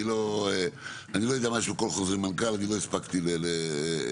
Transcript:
אני לא יודע כל חוזר מנכ"ל אני לא הספקתי לבדוק,